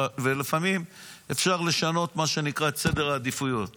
לפעמים אפשר לשנות, מה שנקרא, את סדר העדיפויות